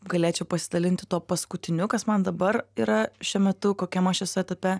galėčiau pasidalinti tuo paskutiniu kas man dabar yra šiuo metu kokiam aš esu etape